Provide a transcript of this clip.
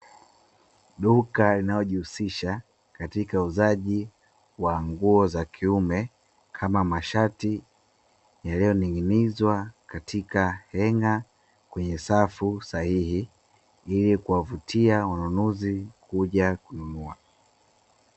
Duka linalojihusisha katika uuazaji wa nguo za kiume, kama mashati, yaliyoning'inizwa katika henga kwenye safu sahihi, ili kuwavutia wanunuzi kuja kununua.